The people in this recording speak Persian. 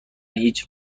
هیچ